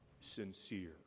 sincere